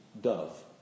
dove